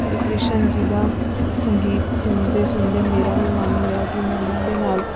ਅਤੇ ਕ੍ਰਿਸ਼ਨ ਜੀ ਦਾ ਸੰਗੀਤ ਸੁਣਦੇ ਸੁਣਦੇ ਮੇਰਾ ਵੀ ਮਨ ਹੋਇਆ ਕਿ ਮੈਂ ਉਨ੍ਹਾਂ ਦੇ ਨਾਲ